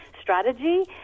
strategy